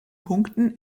punkten